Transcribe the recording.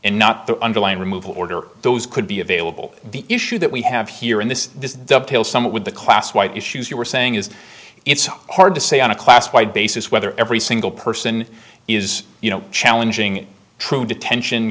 and not the underlying removal order those could be available the issue that we have here in this this dovetails somewhat with the class white issues you were saying is it's hard to say on a class wide basis whether every single person is you know challenging true detention